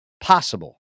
possible